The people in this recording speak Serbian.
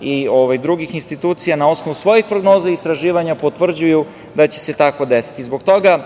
i drugih institucija na osnovu svojih prognoza i istraživanja potvrđuju da će se tako desiti. Zbog toga